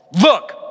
Look